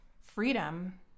Freedom